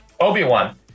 Obi-Wan